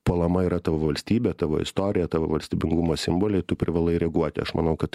puolama yra tavo valstybė tavo istorija tavo valstybingumo simboliai tu privalai reaguoti aš manau kad